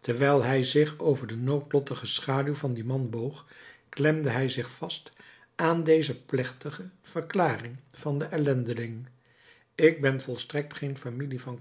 terwijl hij zich over de noodlottige schaduw van dien man boog klemde hij zich vast aan deze plechtige verklaring van den ellendeling ik ben volstrekt geen familie van